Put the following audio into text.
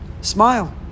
Smile